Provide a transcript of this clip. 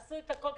עשו את הכול,